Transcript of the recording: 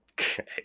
Okay